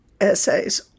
essays